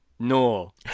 No